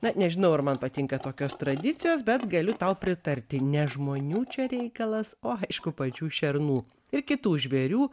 na nežinau ar man patinka tokios tradicijos bet galiu tau pritarti ne žmonių čia reikalas o aišku pačių šernų ir kitų žvėrių